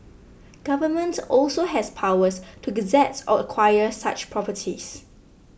government also has powers to gazette or acquire such properties